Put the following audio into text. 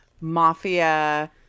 mafia